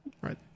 right